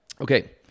Okay